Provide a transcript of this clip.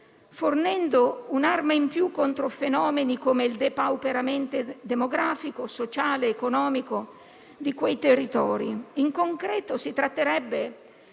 fornendo un'arma in più contro fenomeni come il depauperamento demografico, sociale ed economico di quei territori. In concreto, si tratterebbe